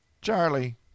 Charlie